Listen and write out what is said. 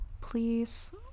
please